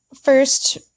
First